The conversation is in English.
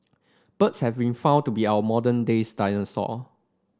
birds have been found to be our modern days dinosaur